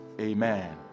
Amen